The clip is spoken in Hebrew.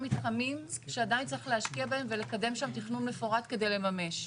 מתחמים שעדיין צריך להשקיע בהם ולקדם שם תכנון מפורט כדי לממש.